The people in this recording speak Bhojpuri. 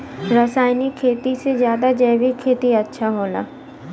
रासायनिक खेती से ज्यादा जैविक खेती अच्छा होला